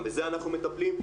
גם בזה אנחנו מטפלים.